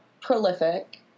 prolific